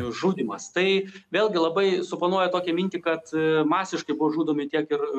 žudymas tai vėlgi labai suponuoja tokią mintį kad masiškai buvo žudomi tiek ir